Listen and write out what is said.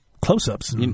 Close-ups